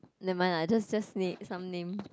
never mind lah just just name some name